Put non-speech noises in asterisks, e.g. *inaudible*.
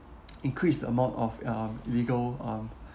*noise* increase amount of um illegal um